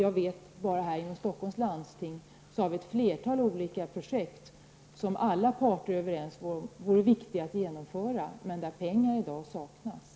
Inom bara Stockholms läns landsting finns ett flertal olika projekt, som alla parter är överens om är viktiga att genomföra. Pengar saknas dock i dag.